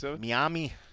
Miami